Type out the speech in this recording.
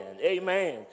amen